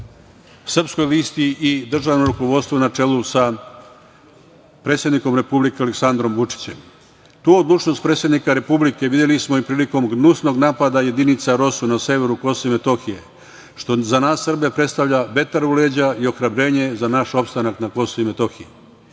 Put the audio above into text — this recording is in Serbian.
Srpskoj listi i državnom rukovodstvu na čelu sa predsednikom Republike Aleksandrom Vučićem. Tu odlučnost predsednika Republike videli smo i prilikom gnusnog napada jedinica ROSU na severu Kosova i Metohije, što za nas Srbe predstavlja vetar u leđa i ohrabrenje za naš opstanak na Kosovu i Metohiji. Naše